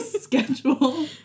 schedule